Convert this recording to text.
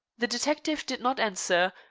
the detective did not answer,